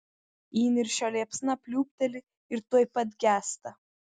įniršio liepsna pliūpteli ir tuoj pat gęsta